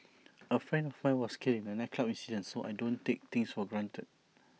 A friend of mine was killed in A nightclub incident so I don't take things for granted